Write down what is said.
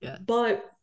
but-